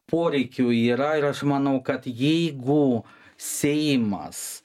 poreikių yra ir aš manau kad jeigu seimas